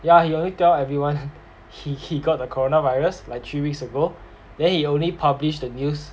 yeah he only tell everyone he he got the corona virus like three weeks ago then he only publish the news